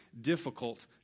difficult